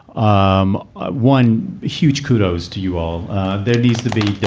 um ah one huge kudos to you all there needs to be